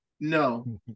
no